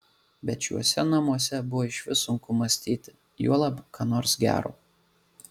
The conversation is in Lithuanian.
bet šiuose namuose buvo išvis sunku mąstyti juolab ką nors gero